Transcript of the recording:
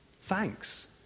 Thanks